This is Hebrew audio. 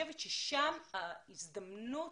ששם הזדמנות